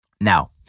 Now